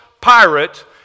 pirate